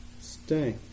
Stay